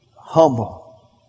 humble